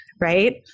right